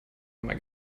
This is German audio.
einmal